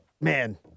man